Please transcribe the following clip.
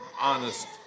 honest